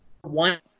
one